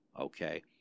okay